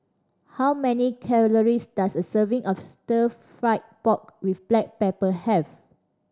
how many calories does a serving of Stir Fried Pork With Black Pepper have